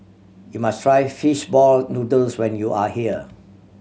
you must try fish ball noodles when you are here